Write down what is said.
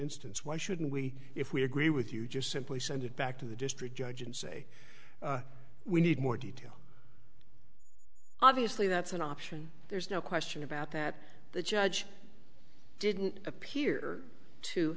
instance why shouldn't we if we agree with you just simply send it back to the district judge and say we need more details obviously that's an option there's no question about that the judge didn't appear to